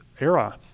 era